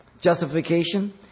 justification